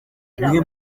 bimwe